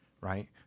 right